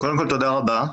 קודם כל תודה רבה.